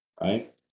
Right